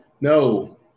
no